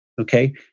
okay